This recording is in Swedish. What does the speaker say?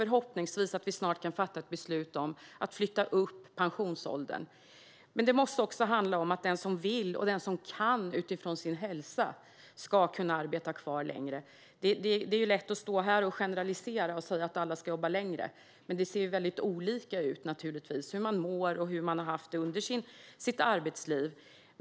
Förhoppningsvis kan vi också snart fatta ett beslut om att flytta upp pensionsåldern. Det måste också handla om att den som vill och den som kan utifrån sin hälsa ska kunna arbeta kvar längre. Det är lätt att stå här och generalisera och säga att alla ska jobba längre, men det ser naturligtvis väldigt olika ut när det gäller hur man mår och hur man har haft det under sitt arbetsliv.